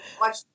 Watch